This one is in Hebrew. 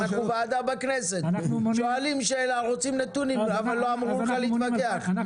אנחנו ועדה בכנסת שואלים שאלה רוצים נתונים לא אמרו לך להתווכח,